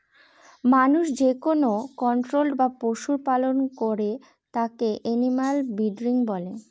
মানুষ যেকোনো কন্ট্রোল্ড ভাবে পশুর লালন পালন করে তাকে এনিম্যাল ব্রিডিং বলে